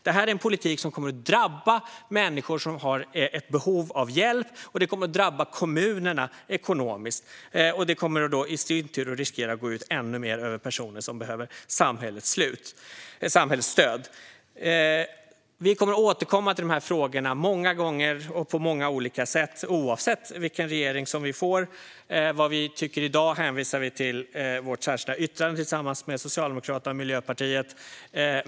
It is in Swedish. Det här är en politik som kommer att drabba människor som har behov av hjälp, och det kommer att drabba kommunerna ekonomiskt. I sin tur riskerar detta att gå ut än mer över personer som behöver samhällets stöd. Vi kommer att återkomma till de här frågorna många gånger och på många olika sätt, oavsett vilken regering det blir. När det gäller det som vi tycker i dag hänvisar jag till vårt särskilda yttrande som vi har tillsammans med Socialdemokraterna och Miljöpartiet.